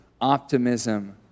optimism